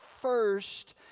first